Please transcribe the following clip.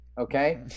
Okay